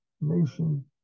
nation